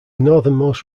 northernmost